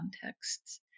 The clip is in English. contexts